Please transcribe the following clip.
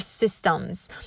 systems